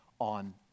on